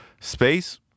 space